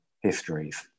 histories